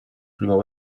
primo